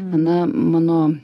na mano